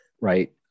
right